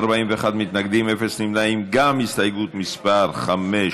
ההסתייגות (5)